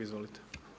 Izvolite.